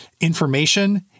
information